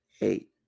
eight